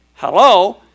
Hello